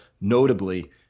notably